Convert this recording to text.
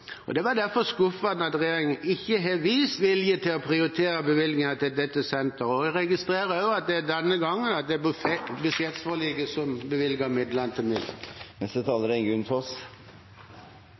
industrien. Det var derfor skuffende at regjeringen ikke har vist vilje til å prioritere bevilgninger til dette senteret, og jeg registrerer at det også denne gangen er budsjettforliket som bevilget midlene til